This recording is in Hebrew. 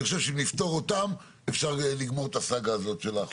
ואני חושב שאם נפתור אותן אפשר לגמור את הסאגה הזאת של החוק.